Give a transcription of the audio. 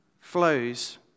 flows